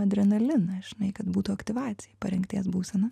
adrenaliną žinai kad būtų aktyvacija parengties būsena